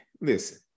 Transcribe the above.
listen